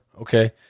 Okay